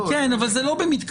כן, אבל זה לא במתכוון.